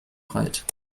breit